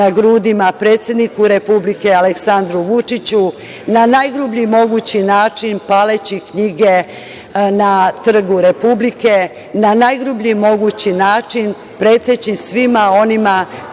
na grudima predsedniku Republike Aleksandru Vučiću, na najgrublji mogući način paleći knjige na Trgu Republike, na najgrublji mogući način preteći svima onima